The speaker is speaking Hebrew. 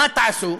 מה תעשו?